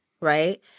right